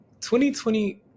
2020